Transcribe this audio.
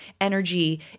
energy